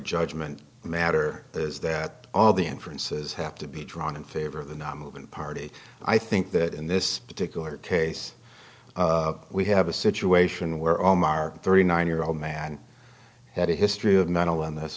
judgment matter is that all the inferences have to be drawn in favor of the not moving party i think that in this particular case we have a situation where omar thirty nine year old man had a history of mental